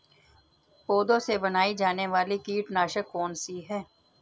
पौधों से बनाई जाने वाली कीटनाशक कौन सी है?